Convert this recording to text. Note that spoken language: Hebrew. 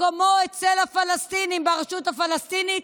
מקומו אצל הפלסטינים ברשות הפלסטינית,